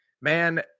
man